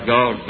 God